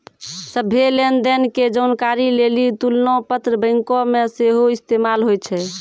सभ्भे लेन देन के जानकारी लेली तुलना पत्र बैंको मे सेहो इस्तेमाल होय छै